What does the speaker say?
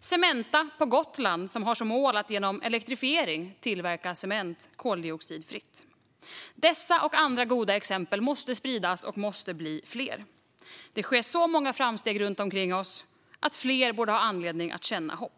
Cementa på Gotland har som mål att genom elektrifiering tillverka cement koldioxidfritt. Dessa och andra goda exempel måste spridas och bli fler. Det sker så många framsteg runt omkring oss att fler borde ha all anledning att känna hopp.